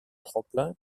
tremplin